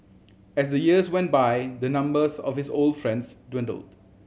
as the years went by the numbers of his old friends dwindled